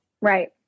Right